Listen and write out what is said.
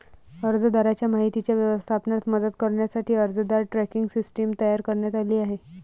अर्जदाराच्या माहितीच्या व्यवस्थापनात मदत करण्यासाठी अर्जदार ट्रॅकिंग सिस्टीम तयार करण्यात आली आहे